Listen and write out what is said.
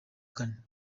kane